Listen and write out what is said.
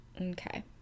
Okay